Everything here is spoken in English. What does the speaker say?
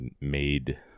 made